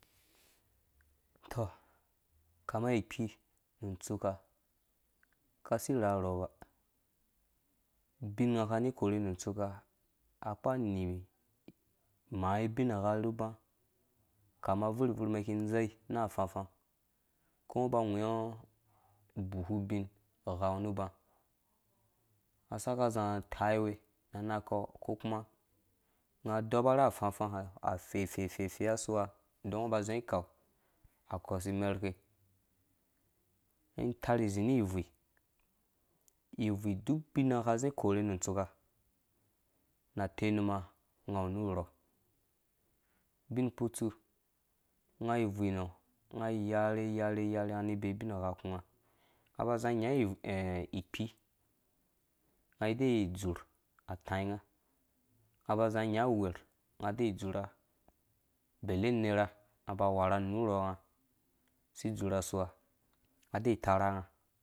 Utɔ ukama ikpi nu untsuuka ka kasi irherho ubin nga akani ikorhe nu untsuuka akpara ani imaa ubingha nu ubã, ukama avur-bvur umɛn iki ĩdzei na afãfã uko ungo uba ungɛɔ ubuhu abin ghango nu aka suka aza ataiwe na ananga kɔ ukokuma unga aɔpa na afafã hã afɛfɛfɛfɛ asua uon ngo uba uzio ikau akɔ asi iner ke, itar izi ni ibvui, ibviu uuk ubin nga aka azi ikorhe nu untsu kana atenuma unga awu nu urhɔ, ubinkutsu, unga ibvui nɔ̃ unga agarhe yarhe yarhe ani ibeeubingha ukpunga, unga aba azia anya ikp, ungai adɛɛ̃ idzar ataĩ nga, unga aba aziã anya uwerh. unga dzɛɛ̃ idzura, ubi unera aba a warha anuurh, nga asi izura usua, ae itara nga